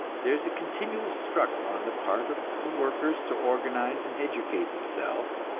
there is a continual struggle on the part of the workers to organize and educate themselves,